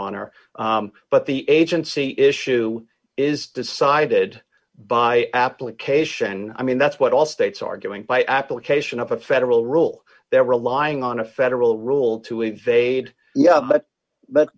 honor but the agency issue is decided by application i mean that's what all states are doing by application of a federal role they're relying on a federal role to evade yeah but but